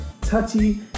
touchy